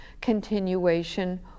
continuation